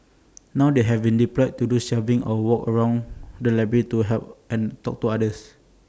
now they haven deployed to do shelving or walk around the library to help and talk to users